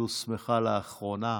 שהוסמכה לאחרונה,